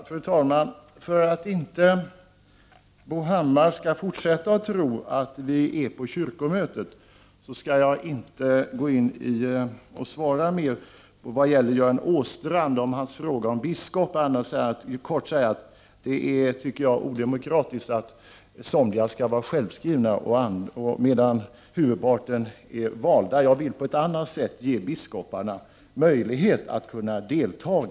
Fru talman! För att inte Bo Hammar skall fortsätta att tro att vi är på kyrkomötet skall jag inte på Göran Åstrands fråga om biskoparna svara mer än att helt kort säga att jag anser det vara odemokratiskt att somliga skall vara självskrivna medan huvudparten av ledamöterna är valda. Jag vill på ett annat sätt ge biskoparna möjlighet att kunna delta.